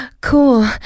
cool